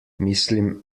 mislim